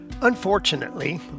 unfortunately